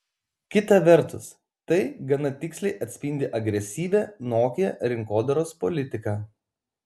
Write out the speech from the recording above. kita vertus tai gana tiksliai atspindi agresyvią nokia rinkodaros politiką